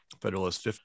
Federalist